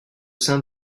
sein